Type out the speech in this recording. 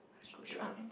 good life